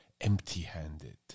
empty-handed